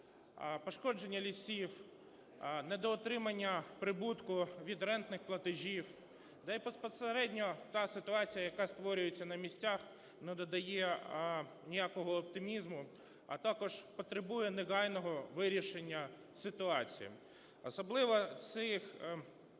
пошкодження лісів, недоотримання прибутку від рентних платежів, та й безпосередньо та ситуація, яка створюється на місцях, не додає ніякого оптимізму, а також потребує негайного вирішення ситуації. Особливо ці